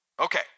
Okay